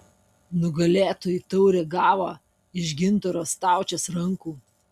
nugalėtojai taurę gavo iš gintaro staučės rankų